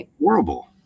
horrible